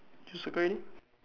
you circle ready